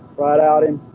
right out in.